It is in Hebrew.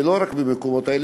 ולא רק במקומות האלה,